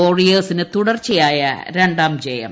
വാരിയേഴ്സിന് തുടർച്ചയായ രണ്ടാം ജയം